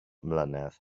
mlynedd